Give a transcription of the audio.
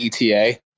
eta